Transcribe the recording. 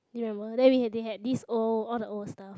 do you remember then we they had these old all the old stuff